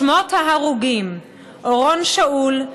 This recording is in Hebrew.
שמות ההרוגים: אורון שאול,